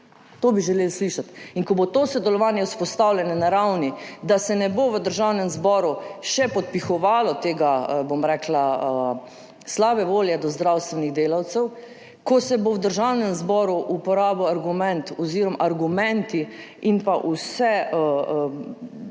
To bi želeli slišati. In ko bo to sodelovanje vzpostavljeno na ravni, da se ne bo v Državnem zboru še podpihovalo te, bom rekla, slabe volje do zdravstvenih delavcev, ko se bo v Državnem zboru uporabili argumenti in dialog,